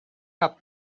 have